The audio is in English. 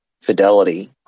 Fidelity